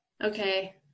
Okay